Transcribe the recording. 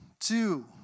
Two